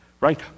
right